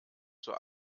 zur